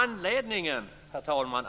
Herr talman!